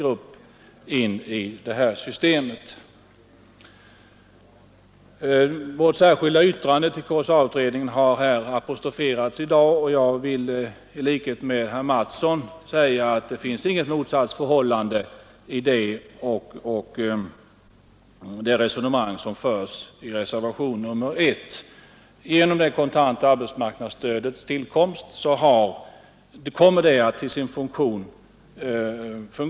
Det finns flera sådana exempel. Vårt särskilda yttrande till KSA-utredningen har här i dag apostroferats, och jag vill i likhet med herr Mattsson säga att det inte finns något motsatsförhållande mellan detta yttrande och resonemanget i reservationen 1. Det är helt klart att propositionen på vissa områden är sämre än vad utredningsförslaget är.